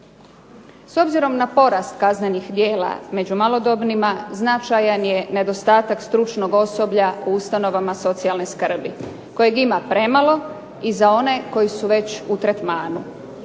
S obzirom na porast kaznenih djela među malodobnima, značajan je nedostatak stručnog osoblja u ustanovama socijalne skrbi kojeg ima premalo i za one koji su već u tretmanu.